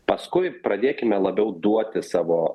paskui pradėkime labiau duoti savo